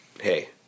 Hey